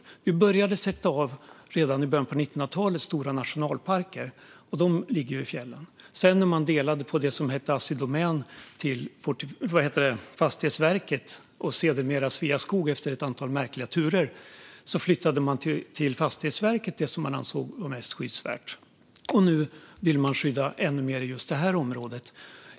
Redan i början på 1900-talet började vi sätta av stora nationalparker, och de ligger i fjällen. När man delade på det som hette Assi Domän till Fastighetsverket och efter ett antal märkliga turer till Sveaskog flyttade man det som man ansåg var mest skyddsvärt till Fastighetsverket. Och nu vill man skydda ännu mer i just det området.